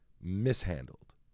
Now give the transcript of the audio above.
mishandled